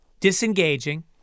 disengaging